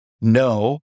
no